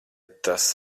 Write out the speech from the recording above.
tas